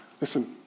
Listen